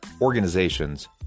organizations